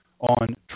on